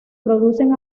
producen